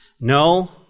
No